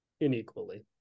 unequally